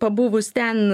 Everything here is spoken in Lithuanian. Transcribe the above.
pabuvus ten